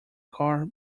car